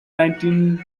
nineteen